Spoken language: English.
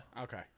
Okay